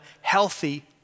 healthy